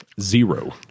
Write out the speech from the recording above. Zero